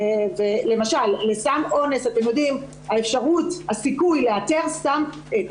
למשל, סם אונס, אתם יודעים, הסיכוי לאתר סם, את